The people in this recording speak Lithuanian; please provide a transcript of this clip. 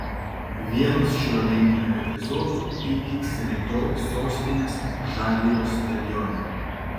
vienas šio renginio epizodų įvyks rytoj sostinės žalgirio stadione